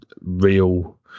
real